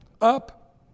up